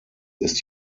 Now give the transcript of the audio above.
ist